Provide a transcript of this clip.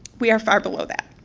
we are far below that.